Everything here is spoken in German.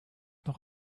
noch